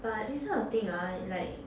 but this kind of thing ah like